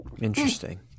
Interesting